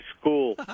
school